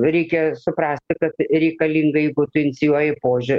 reikia suprasti kad reikalinga jeigu tu inicijuoji požiūrio